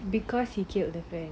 because he killed the friend